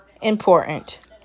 important